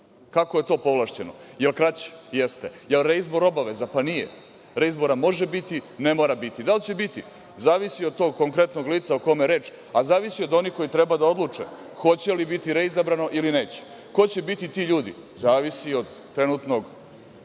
Kako je to povlašćeno? Jer kraće? Jeste. Jel reizbor obavezan? Pa nije. Reizbora može biti, a i ne mora biti. Da li će biti zavisi od tog konkretnog lica o kome je reč, a zavisi i od onih koji treba da odluče hoće li biti reizabran ili neće. Ko će biti ti ljudi zavisi od trenutnog